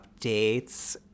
updates